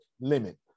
limit